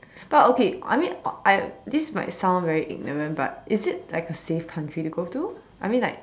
but okay I mean I this might sound very ignorant but is it like a safe country to go to I mean like